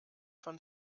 von